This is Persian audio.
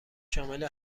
شامل